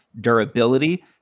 durability